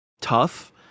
tough